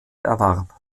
erwarb